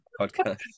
podcast